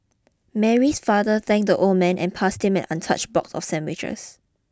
Mary's father thank the old man and passed him an untouched box of sandwiches